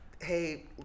Hey